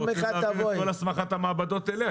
אנחנו רוצים להעביר את כל הסמכת המעבדות אליה.